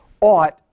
ought